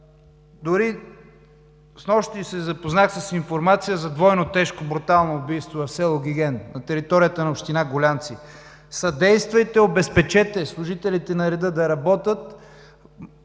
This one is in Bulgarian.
Снощи се запознах с информация за двойно, тежко, брутално убийство в село Гиген на територията на община Гулянци. Съдействайте, обезпечете служителите на реда да работят.